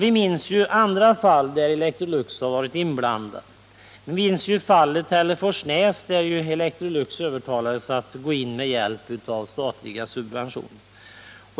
Vi minns andra fall där Electrolux har varit inblandat, t.ex. Hälleforsnäs, där Electrolux övertalades att gå in med hjälp av statliga subventioner.